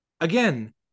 Again